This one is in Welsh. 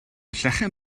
llechen